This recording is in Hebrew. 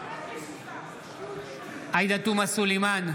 נגד עאידה תומא סלימאן,